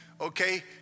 okay